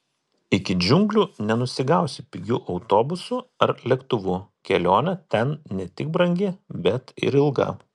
iki džiunglių nenusigausi pigiu autobusu ar lėktuvu kelionė ten ne tik brangi bet ir ilga